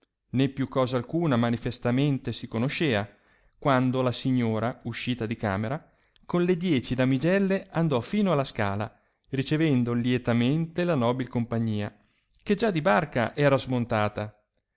né più cosa alcuna manifestamente si conoscea quando la signora uscita di camera con le dieci damigelle andò fino alla scala ricevendo lietamente la nobil compagnia che già di barca era smontata